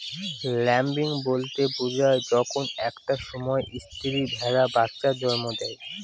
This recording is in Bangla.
ল্যাম্বিং বলতে বোঝায় যখন একটা সময় স্ত্রী ভেড়া বাচ্চা জন্ম দেয়